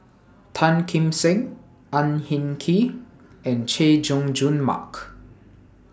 Tan Kim Seng Ang Hin Kee and Chay Jung Jun Mark